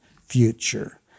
future